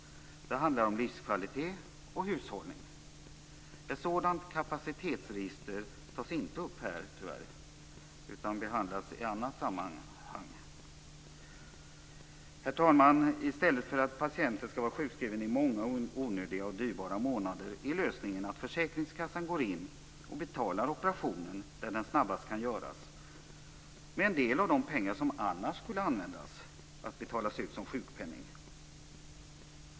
Det handlar om livskvalitet och hushållning. Ett sådant kapacitetsregister tas tyvärr inte upp i utskottets betänkande utan behandlas i annat sammanhang. Herr talman! I stället för att patienten skall vara sjukskriven i många, onödiga och dyra månader är lösningen att försäkringskassan går in och betalar operationen där den snabbast kan göras med en del av de pengar som annars skulle användas till att betalas ut som sjukpenning.